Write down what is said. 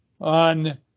on